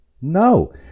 No